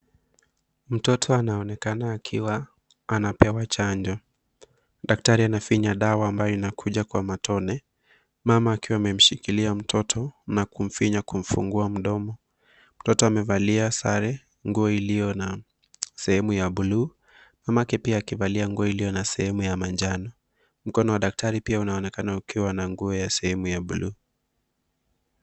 Mtoto anaonekana akiwa anapewa chanjo, daktari anafinya dawa ambayo inakuja kwa matone, mama akiwa amemshikilia mtoto na kumfinya kumfungua mdomo. Mtoto amevalia sare, nguo iliyona sehemu ya buluu mamake pia akiwa na nguo iliyo na sehemu ya manjano. Mkono wa daktari unaonekana ukiwa na nguo ya sehemu ya buluu.